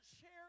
share